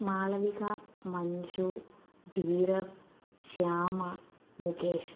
Malavika Manju Dheerav Shyama Mukesh